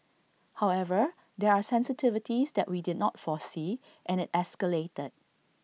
however there are sensitivities that we did not foresee and IT escalated